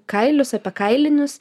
kailius apie kailinius